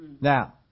Now